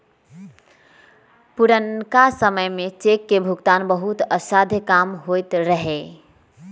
पुरनका समय में चेक के भुगतान बहुते असाध्य काम होइत रहै